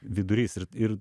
vidurys ir ir